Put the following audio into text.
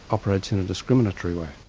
operates in a discriminatory way.